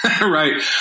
Right